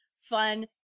fun